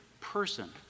person